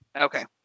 Okay